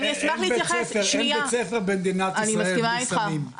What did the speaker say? אין בית ספר במדינת ישראל בלי סמים.